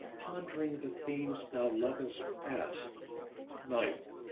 pondering the themes they'll love us past night,